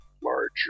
large